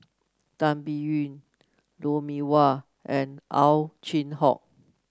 Tan Biyun Lou Mee Wah and Ow Chin Hock